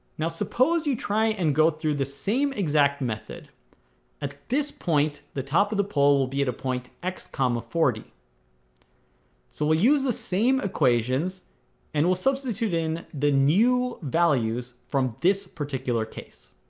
now suppose you try and go through the same exact method at this point the top of the pole will be at a point x, ah forty so we'll use the same equations and we'll substitute in the new values from this particular case